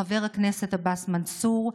חבר הכנסת עבאס מנסור,